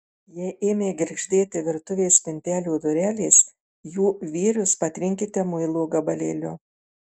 jei ėmė girgždėti virtuvės spintelių durelės jų vyrius patrinkite muilo gabalėliu